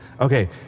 Okay